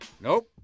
Nope